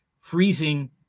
freezing